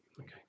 Okay